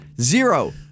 Zero